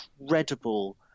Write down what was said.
incredible